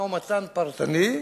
משא-ומתן פרטני,